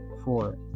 four